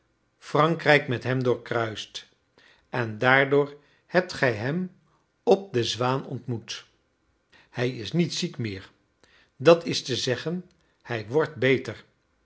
frankrijk met hem doorkruist en daardoor hebt gij hem op de zwaan ontmoet hij is niet ziek meer dat is te zeggen hij wordt beter